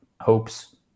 hopes